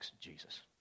Jesus